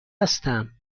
هستم